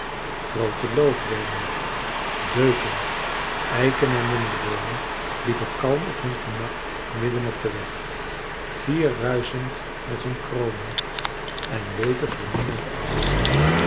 groote loofboomen beuken eiken en lindeboomen liepen kalm op hun gemak midden op den weg fier ruischend met hun kronen en weken voor niemand uit